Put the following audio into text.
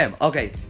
okay